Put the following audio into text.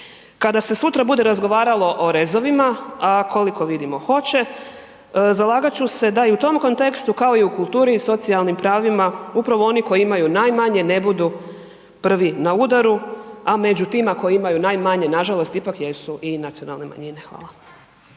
Kada se sutra bude razgovaralo o rezovima, a koliko vidimo hoće, zalagat ću se da i u tom kontekstu kao i u kulturi i socijalnim pravima upravo oni koji imaju najmanje ne budu prvi na udaru, a među tima koji imaju najmanje, nažalost ipak jesu i nacionalne manjine. Hvala.